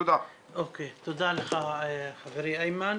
תודה לך, חברי איימן.